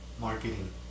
marketing